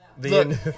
Look